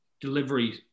delivery